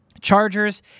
Chargers